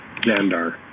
Xandar